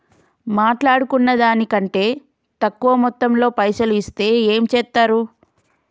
మాట్లాడుకున్న దాని కంటే తక్కువ మొత్తంలో పైసలు ఇస్తే ఏం చేత్తరు?